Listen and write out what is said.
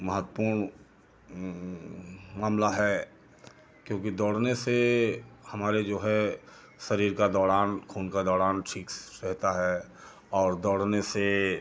महत्वपूर्ण मामला है क्योंकि दौड़ने से हमारे जो है शरीर का दौड़ान खून का दौड़ान ठीक से रहता है और दौड़ने से